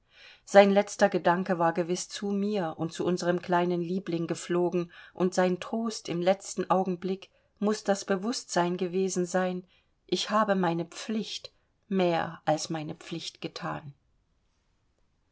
sein letzter gedanke war gewiß zu mir und zu unserem kleinen liebling geflogen und sein trost im letzten augenblick muß das bewußtsein gewesen sein ich habe meine pflicht mehr als meine pflicht gethan